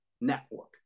network